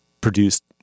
produced